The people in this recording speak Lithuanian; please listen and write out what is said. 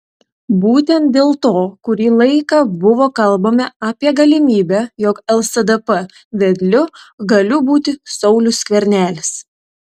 būtent dėl to kurį laiką buvo kalbama apie galimybę jog lsdp vedliu galiu būti saulius skvernelis